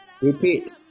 Repeat